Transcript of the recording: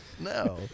No